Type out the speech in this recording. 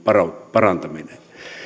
parantaminen